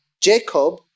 jacob